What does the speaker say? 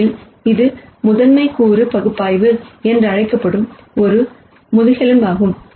உண்மையில் இது பிரின்சிபால் காம்போனென்ட்ரிக்கு மிகவும் முக்கியமானது ஆகும்